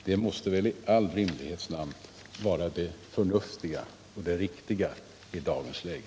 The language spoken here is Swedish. Det måste väl i all rimlighets namn vara det förnuftiga och riktiga i dagens läge.